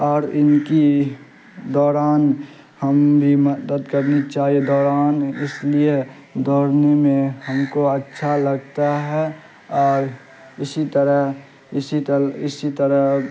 اور ان کی دوران ہم بھی مدد کرنی چاہیے دوران اس لیے دوڑنے میں ہم کو اچھا لگتا ہے اور اسی طرح اسی اسی طرح